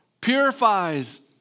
purifies